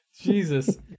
Jesus